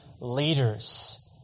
leaders